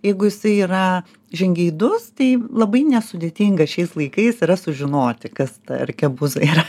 jeigu jisai yra žingeidus tai labai nesudėtinga šiais laikais yra sužinoti kas ta arkebuza yra